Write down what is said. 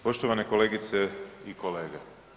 Poštovane kolegice i kolege.